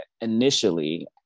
initially